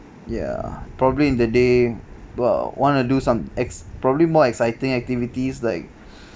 ya probably in the day well want to do some ex~ probably more exciting activities like